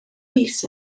mis